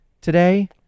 today